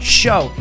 show